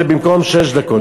זה במקום שש דקות.